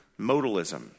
modalism